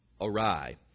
awry